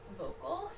vocal